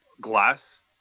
glass